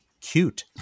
cute